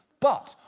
but,